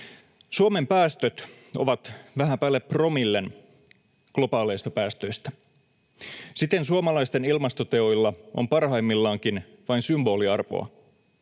Suomen päästöt ovat vähän päälle promillen globaaleista päästöistä. Siten suomalaisten ilmastoteoilla on parhaimmillaankin vain symboliarvoa.